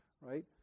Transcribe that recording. right